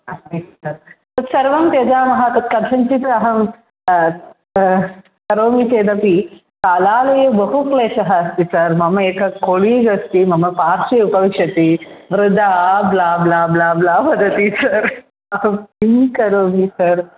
अस्ति सर् तत्सर्वं त्यजामः तत् कथञ्चित् अहं करोमि चेदपि कालालये बहु क्लेशः अस्ति सर् मम एक कोलीग् अस्ति मम पार्श्वे उपविशति वृथा ब्लाब्लाब्लाब्ला वदति सर् अहं किं करोमि सर्